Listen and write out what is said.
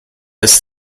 ist